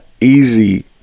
easy